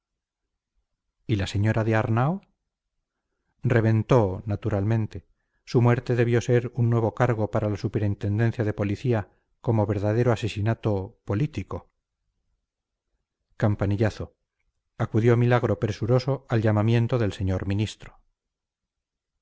y la señora de arnao reventó naturalmente su muerte debió ser un nuevo cargo para la superintendencia de policía como verdadero asesinato político campanillazo acudió milagro presuroso al llamamiento del señor ministro